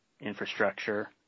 infrastructure